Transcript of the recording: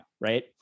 right